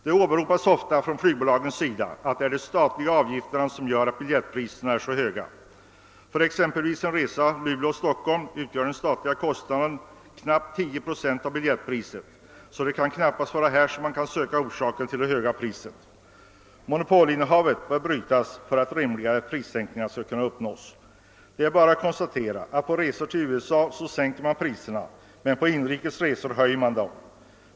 Flygbolagen åberopar ofta att det är de statliga avgifterna som gör att biljettpriserna är så höga. Men för exempelvis en resa Luleå—Stockholm utgör de statliga avgifterna knappt 10 2 av biljettpriset. Det kan alltså knappast vara här som orsaken till det höga priset är att söka. Monopolinnehavet bör brytas för att rimligare prissättning skall kunna uppnås. Det är bara att konstatera att på resor till USA sänker man priserna men på inrikes resor höjer man dem.